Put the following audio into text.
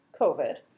COVID